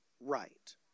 right